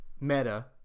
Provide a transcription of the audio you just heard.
meta